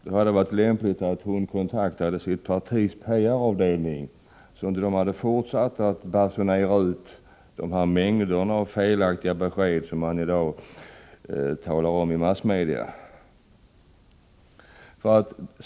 Det hade varit lämpligt att hon kontaktat sitt partis PR-avdelning, så att den inte hade fortsatt att basunera ut dessa mängder av felaktiga besked som i dag lämnas i massmedia.